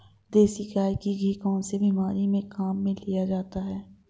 देसी गाय का घी कौनसी बीमारी में काम में लिया जाता है?